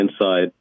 inside